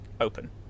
open